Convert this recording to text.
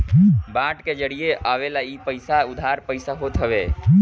bond के जरिया से आवेवाला इ पईसा उधार पईसा होत हवे